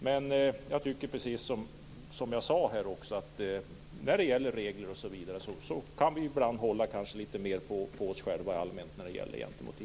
Men jag tycker precis som jag sade att när det gäller regler kan vi ibland hålla litet mer på oss själva när det gäller EU.